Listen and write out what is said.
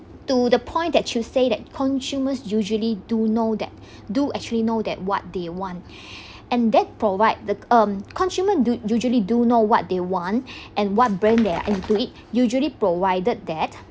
to the point that you say that consumers usually do know that do actually know that what they want and that provide the um consumer do usually do know what they want and what brand they're into it usually provided that